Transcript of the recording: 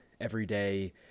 everyday